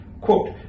quote